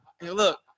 look